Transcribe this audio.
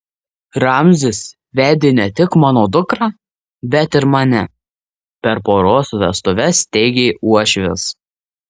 ramzis vedė ne tik mano dukrą bet ir mane per poros vestuves teigė uošvis